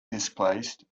displaced